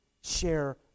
share